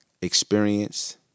experience